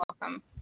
welcome